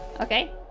Okay